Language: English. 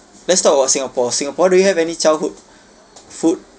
let's talk about singapore singapore do you have any childhood food